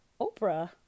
Oprah